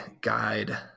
guide